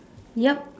yup